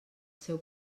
seu